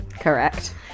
Correct